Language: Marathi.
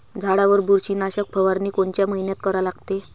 झाडावर बुरशीनाशक फवारनी कोनच्या मइन्यात करा लागते?